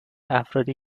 افرادی